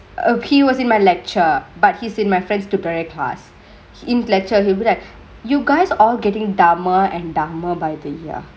err he was in my lecture but he's in my friend's tutorial class in lecture he'll be like you guys all gettingk dumber and dumber by the year